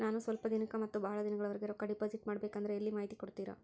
ನಾನು ಸ್ವಲ್ಪ ದಿನಕ್ಕ ಮತ್ತ ಬಹಳ ದಿನಗಳವರೆಗೆ ರೊಕ್ಕ ಡಿಪಾಸಿಟ್ ಮಾಡಬೇಕಂದ್ರ ಎಲ್ಲಿ ಮಾಹಿತಿ ಕೊಡ್ತೇರಾ?